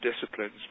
disciplines